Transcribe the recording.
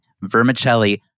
vermicelli